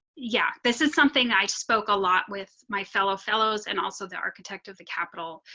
yeah. this is something i spoke a lot with my fellow fellows and also the architect of the capital.